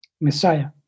Messiah